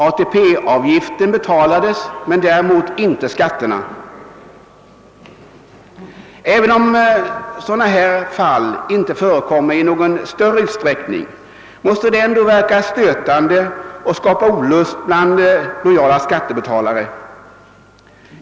Sistnämnda avgift betalades. Däremot betalades inte skatterna. Även om sådana fall inte förekommer i någon större utsträckning måste det ändå verka stötande att de förekommer, och de skapar olust bland lojala skattebetalare.